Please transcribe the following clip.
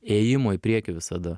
ėjimo į priekį visada